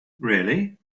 really